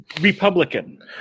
Republican